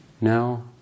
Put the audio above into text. Now